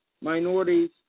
minorities